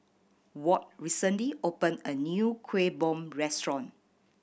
Walt recently opened a new Kueh Bom restaurant